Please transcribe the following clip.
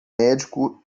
médico